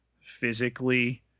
physically